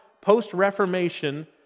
post-Reformation